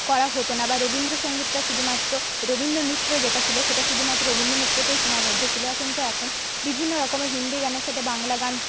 করা হত না বা রবীন্দ্রসঙ্গীতটা শুধুমাত্র রবীন্দ্রনৃত্য যেটা ছিলো সেটা শুধুমাত্র রবীন্দ্রনৃত্যতেই সীমাবদ্ধ ছিলো কিন্তু এখন বিভিন্নরকমের হিন্দি গানের সাথে বাংলা গান